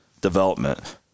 development